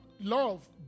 love